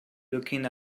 looking